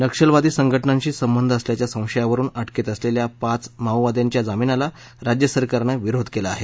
नक्षलवादी संघटनांशी संबध असल्याच्या संशयावरुन अटकेत असलेल्या पाच माओवाद्यांच्या जामीनाला राज्यसरकारनं विरोध केला आहे